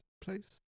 place